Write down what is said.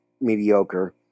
mediocre